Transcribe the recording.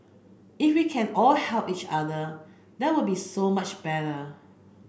if we can all help each other that would be so much better